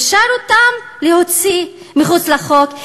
אפשר אותם להוציא מחוץ לחוק,